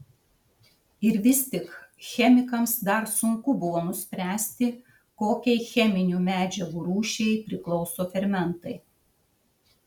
ir vis tik chemikams dar sunku buvo nuspręsti kokiai cheminių medžiagų rūšiai priklauso fermentai